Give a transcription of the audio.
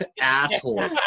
asshole